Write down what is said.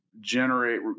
generate